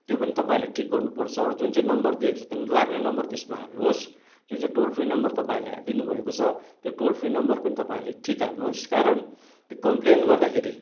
त्यो पनि तपाईँहरू ठिक गर्नुपर्छ जुन चाहिँ नम्बर दिएको छ लाग्ने नम्बर त्यसमा हाल्नुहोस् र जुन चाहिँ टोल फ्री नम्बर तपाईँहरूले दिनुभएको छ त्यो टोल फ्री नम्बर पनि तपाईँहरूले ठिक हाल्नुहोस् कारण कम्प्लेन गर्दाखेरि